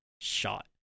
shot